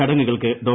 ചടങ്ങുകൾക്ക് ഡോ